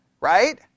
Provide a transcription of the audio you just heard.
right